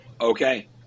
okay